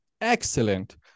excellent